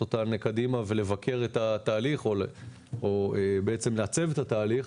אותן קדימה ולבקר את התהליך או בעצם לעצב את התהליך,